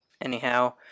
Anyhow